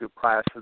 classes